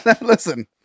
Listen